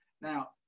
Now